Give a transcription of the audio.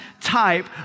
type